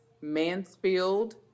Mansfield